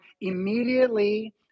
immediately